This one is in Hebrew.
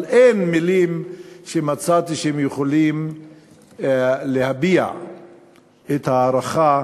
אבל אין מילים שמצאתי שיכולות להביע את ההערכה